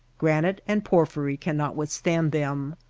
granite and porphyry cannot withstand them,